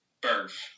birth